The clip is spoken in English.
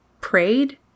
Prayed